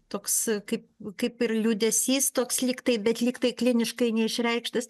toks kaip kaip ir liūdesys toks lygtai bet lyg tai kliniškai neišreikštas